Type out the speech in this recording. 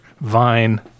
Vine